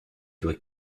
doit